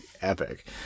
Epic